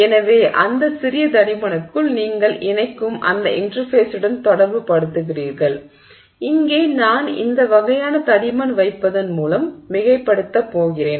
எனவே அந்த சிறிய தடிமனுக்குள் நீங்கள் இணைக்கும் அந்த இன்டெர்ஃபேஸுடன் தொடர்புபடுத்துகிறீர்கள் இங்கே நான் இந்த வகையான தடிமன் வைப்பதன் மூலம் மிகைப்படுத்தப் போகிறேன்